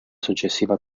successiva